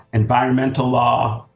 environmental law,